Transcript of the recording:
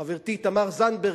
חברתי תמר זנדברג,